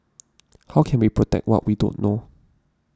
how can we protect what we don't know